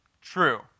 true